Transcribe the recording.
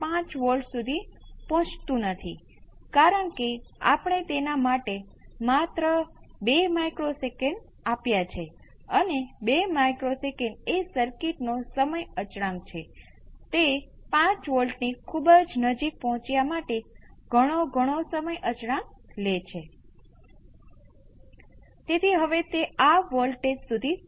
પરંતુ મુદ્દો એ છે કે જ્યારે ઇનપુટ નેચરલ રિસ્પોન્સની બરાબર હોય ત્યારે ઇનપુટ માટેનો ગેઇન ખૂબ મોટો હોય છે કારણ કે t અનંત સુધી જાય છે ત્યારે ગેઇન પણ અનંત સુધી જાય છે